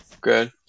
Good